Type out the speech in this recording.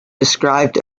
described